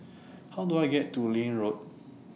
How Do I get to Liane Road